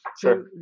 Sure